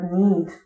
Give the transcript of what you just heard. need